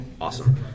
Awesome